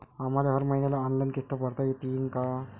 आम्हाले हर मईन्याले ऑनलाईन किस्त भरता येईन का?